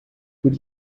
could